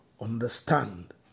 understand